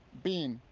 bean.